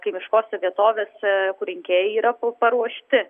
kaimiškose vietovėse kur rinkėjai yra paruošti